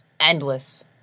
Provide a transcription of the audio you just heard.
endless